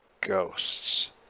ghosts